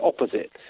opposite